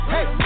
Hey